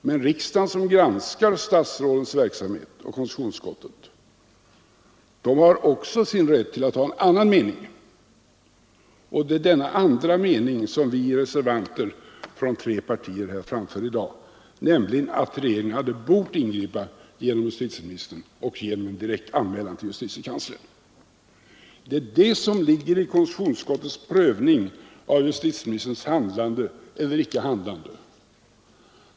Men riksdagen och konstitutionsutskottet som granskar statsrådets verksamhet har också sin rätt att ha en annan mening, och det är denna andra mening som vi reservanter från tre partier framför här i dag, nämligen att regeringen hade bort ingripa genom justitieministern och genom en direkt anmälan till justitiekanslern. Det är det som ligger i konstitutionsutskottets prövning av justitieministerns handlande eller icke handlande.